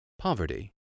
Poverty